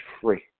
free